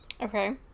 Okay